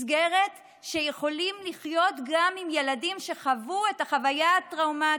מסגרת שבה יכולים לחיות גם עם ילדים שחוו את החוויה הטראומטית.